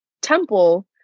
Temple